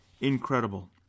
incredible